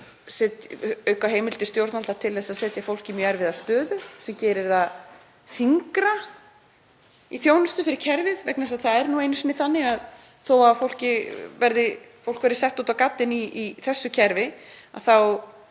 auka heimildir stjórnvalda til að setja fólk í mjög erfiða stöðu sem gerir það þyngra í þjónustu fyrir kerfið. Það er nú einu sinni þannig að þó að fólk verði sett út á gaddinn í þessu kerfi þá